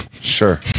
Sure